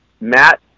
Matt